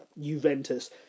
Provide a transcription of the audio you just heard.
Juventus